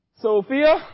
Sophia